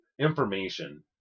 Information